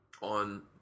on